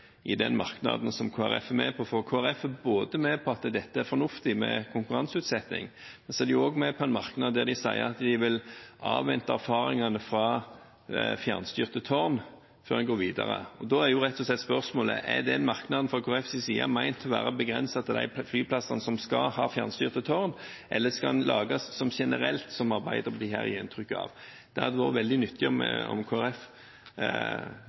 om den merknaden som Kristelig Folkeparti er med på. For Kristelig Folkeparti er med på at det er fornuftig med konkurranseutsetting, men så er de også med på en merknad der de sier at de vil avvente erfaringene fra fjernstyrte tårn før man går videre. Da er rett og slett spørsmålet: Er den merknaden fra Kristelig Folkepartis side ment å være begrenset til de flyplassene som skal ha fjernstyrte tårn, eller skal det være generelt, som Arbeiderpartiet har gitt inntrykk av? Det hadde vært veldig nyttig om